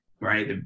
right